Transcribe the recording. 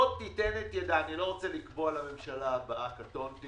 לא רוצה לקבוע לממשלה הבאה, קטונתי